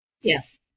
Yes